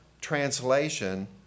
translation